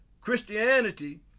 Christianity